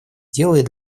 делает